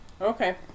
okay